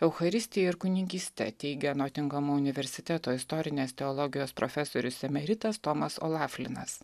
eucharistija ir kunigyste teigia notingemo universiteto istorinės teologijos profesorius emeritas tomas olaflinas